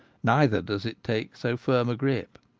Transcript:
neither does it take so firm a grip.